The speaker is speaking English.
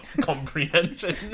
comprehension